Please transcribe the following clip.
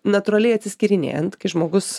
natūraliai atsiskyrinėjant kai žmogus